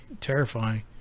terrifying